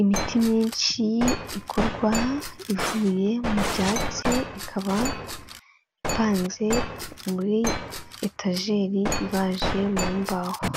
Imiti myinshi ikorwa ivuye mu byatsi ikaba ipanze muri etajeri ibaje mu mbaho,